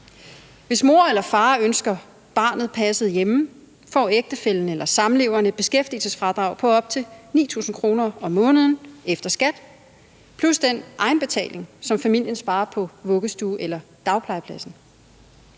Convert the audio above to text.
Hvis mor eller far ønsker barnet passet hjemme, får ægtefællen eller samleveren et beskæftigelsesfradrag på op til 9.000 kr. om måneden efter skat, plus at familien sparer egenbetalingen på daginstitutionspladsen, på vuggestue eller dagpleje.